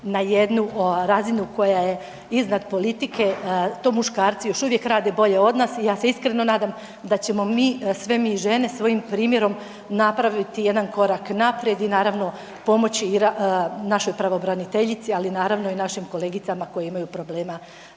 na jednu razinu koja je iznad politike, to muškarci još uvijek rade bolje od nas i ja se iskreno nadam da ćemo mi sve mi žene svojim primjerom napraviti jedan korak naprijed i naravno pomoći i našoj pravobraniteljici ali naravno i našim kolegicama koje imaju problema